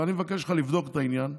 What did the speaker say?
אני מבקש ממך לבדוק את העניין,